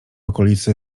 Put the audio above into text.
okolicy